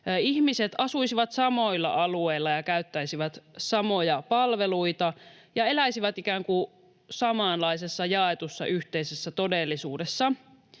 ihmiset asuisivat samoilla alueilla ja käyttäisivät samoja palveluita ja eläisivät ikään kuin samanlaisessa jaetussa yhteisessä todellisuudessa